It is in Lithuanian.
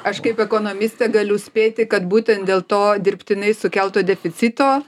aš kaip ekonomistė galiu spėti kad būtent dėl to dirbtinai sukelto deficito